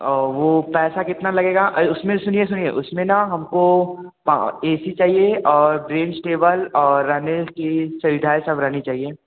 और वो पैसा कितना लगेगा उसमें सुनिए सुनिए उस में ना हम को ए सी चाहिए और ब्रांच टेबल और रहने की सुविधाएं सब रहनी चाहिए